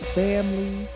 family